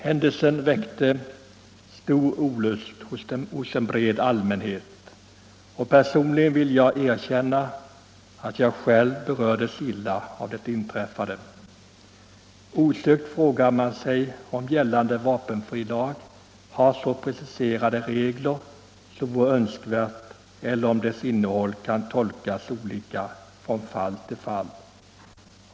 Händelsen väckte stor olust hos en bred allmänhet, och jag vill erkänna att jag personligen berördes illa av det inträffade. Man frågade sig osökt om gällande vapenfrilag har så preciserade regler som vore önskvärt, eller om lagens innehåll kan tolkas olika från fall till fall.